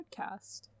podcast